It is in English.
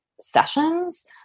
sessions